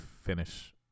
finish